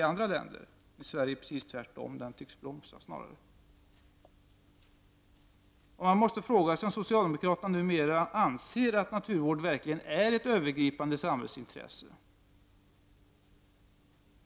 I Sverige är det precis tvärtom, den tycks snarare bromsa. Man måste fråga sig om socialdemokraterna numera anser att naturvården verkligen är ett övergripande samhällsintresse.